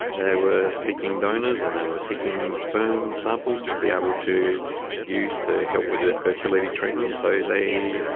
they were seeking donors and they were seeking sperm samples to be able to use to help with the fertility treatments so they,